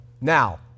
Now